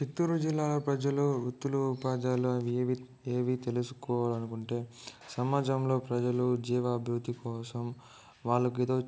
చిత్తూరు జిల్లాలో ప్రజలు వృత్తులు ఉపాధ్యాయులు అవి ఏవి తెలుసుకోవాలనుకుంటే సమాజంలో ప్రజలు జీవాభివృద్ధి కోసం వాళ్ళకు ఇది